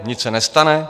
Nic se nestane?